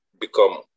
become